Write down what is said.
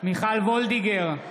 מיכל וולדיגר,